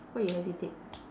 why you hesitate